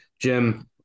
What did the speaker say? Jim